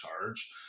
charge